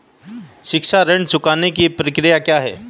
शिक्षा ऋण चुकाने की प्रक्रिया क्या है?